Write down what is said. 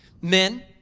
men